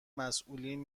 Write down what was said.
مسئولین